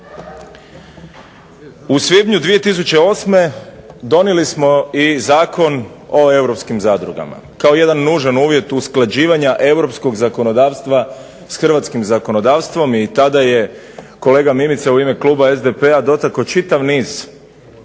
U svibnju 2008. donijeli smo i Zakon o europskim zadrugama kao jedan nužan uvjet usklađivanja europskog zakonodavstva s hrvatskim zakonodavstvom i tada je kolega Mimica u ime kluba SDP-a dotakao čitav niz